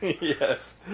Yes